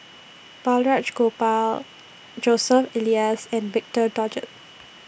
Balraj Gopal Joseph Elias and Victor Doggett